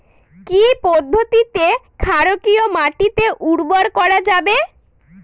কি পদ্ধতিতে ক্ষারকীয় মাটিকে উর্বর করা যাবে?